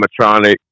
animatronic